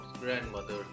Grandmother